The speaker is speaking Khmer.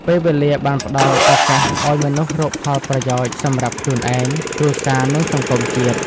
ពេលវេលាបានផ្តល់ឱកាសអោយមនុស្សរកផលប្រយោជន៍សំរាប់ខ្លួនឯង គ្រួសារនិងសង្គមជាតិ។